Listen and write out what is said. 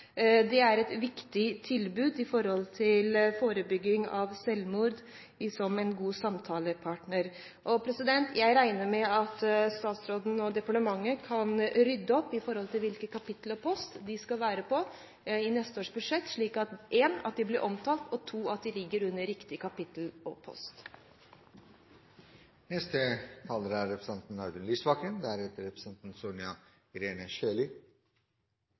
Det er et viktig tilbud med tanke på forebygging av selvmord, som en god samtalepartner. Jeg regner med at statsråden og departementet kan rydde opp med hensyn til hvilket kapittel og hvilken post de skal være på i neste års budsjett, slik at – én – de blir omtalt, og – to – at de ligger under riktig kapittel og post.